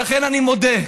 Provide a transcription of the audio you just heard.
ולכן אני מודה,